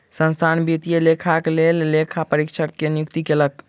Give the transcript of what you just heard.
संस्थान वित्तीय लेखाक लेल लेखा परीक्षक के नियुक्ति कयलक